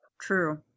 True